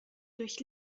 durch